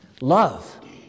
Love